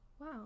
Wow